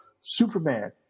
Superman